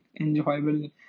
enjoyable